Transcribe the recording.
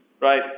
right